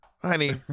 Honey